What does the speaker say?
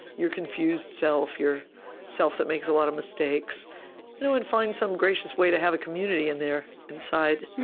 your confused self, your self-that-makes-a-lot-of-mistakes you know and find some gracious way to have a community in there, inside,